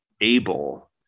able